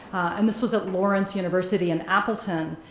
and this was at lawrence university in appleton,